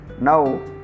Now